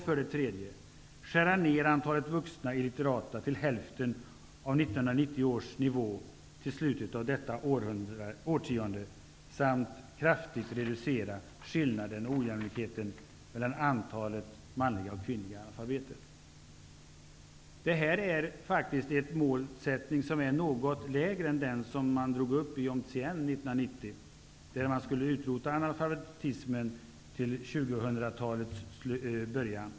För det tredje: Antalet vuxna illitterata skall skäras ner till hälften av 1990 års nivå till slutet av detta årtionde, och skillnaden och ojämlikheten mellan antalet manliga och kvinnliga analfabeter skall kraftigt reduceras. Det här är en målsättning som ligger något lägre än den man drog upp 1990. Då var målet att utrota analfabetismen till 2000-talets början.